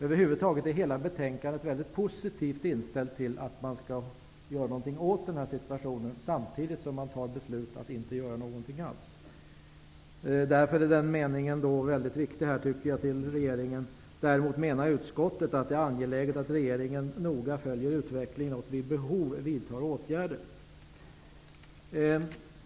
Över huvud taget är utskottet i hela betänkandet mycket positivt inställt till att göra någonting åt situationen, samtidigt som man beslutar att inte göra någonting alls. Därför är den här meningen mycket viktig: ''Däremot menar utskottet att det är angeläget att regeringen noga följer utvecklingen och vid behov vidtar åtgärder.''